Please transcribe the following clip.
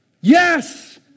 Yes